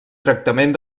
tractament